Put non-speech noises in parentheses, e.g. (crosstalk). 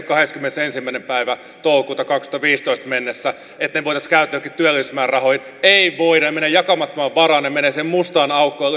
(unintelligible) kahdeskymmenesensimmäinen päivä toukokuuta kaksituhattaviisitoista mennessä voitaisiin käyttää johonkin työllisyysmäärärahoihin ei voida ne menevät jakamattomaan varaan ne menevät siihen mustaan aukkoon (unintelligible)